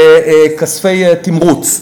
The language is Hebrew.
כספי תמרוץ.